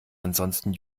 ansonsten